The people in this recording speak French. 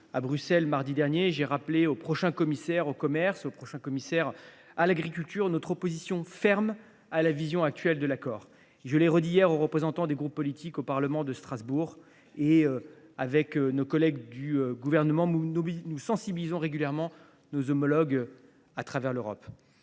À Bruxelles, mardi dernier, j’ai rappelé aux prochains commissaires chargés respectivement du commerce et de l’agriculture notre opposition ferme à la version actuelle de l’accord. Je l’ai redit hier aux représentants des groupes politiques au Parlement de Strasbourg. Mes collègues du Gouvernement et moi même sensibilisons régulièrement nos homologues à travers l’Europe.